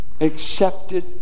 accepted